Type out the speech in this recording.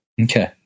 Okay